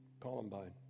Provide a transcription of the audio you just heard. Columbine